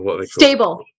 Stable